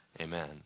amen